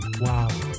wow